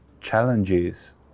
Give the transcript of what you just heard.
challenges